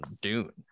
Dune